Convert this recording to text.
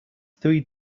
three